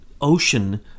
ocean